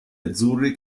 azzurri